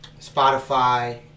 Spotify